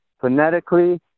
phonetically